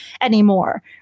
anymore